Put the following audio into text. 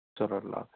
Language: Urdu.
چلو اللہ حافظ